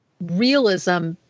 realism